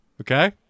Okay